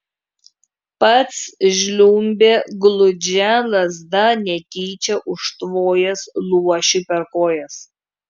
pats žliumbė gludžia lazda netyčia užtvojęs luošiui per kojas